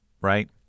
right